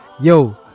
yo